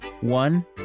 one